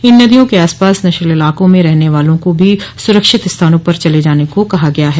इन नदियों के आसपास निचले इलाकों में रहने वालों को भी सुरक्षित स्थानों पर चले जाने को कहा गया है